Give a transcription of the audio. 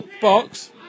box